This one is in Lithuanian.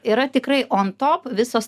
yra tikrai on top visos